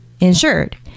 insured